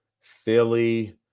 Philly